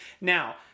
Now